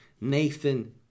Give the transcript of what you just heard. Nathan